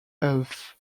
health